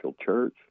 church